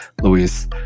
Luis